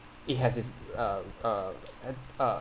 it has it's uh uh hen~ uh